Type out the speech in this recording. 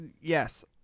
Yes